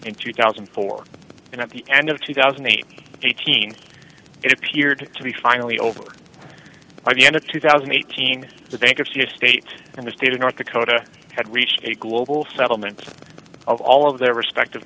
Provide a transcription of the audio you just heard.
in two thousand and four and at the end of two thousand name eighteen it appeared to be finally over by the end of two thousand eight hundred the bankruptcy of state in the state of north dakota had reached a global settlement of all of their respective